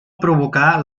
provocar